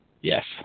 Yes